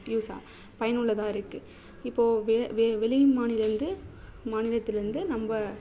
யூஸாக பயனுள்ளதாக இருக்குது இப்போது வே வேறு வெளி மாநிலேந்து மாநிலத்துலேருந்து நம்ம